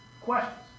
questions